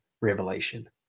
revelation